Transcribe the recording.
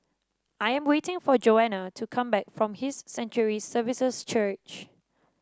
I am waiting for Joanna to come back from His Sanctuary Services Church